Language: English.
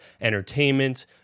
entertainment